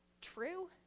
true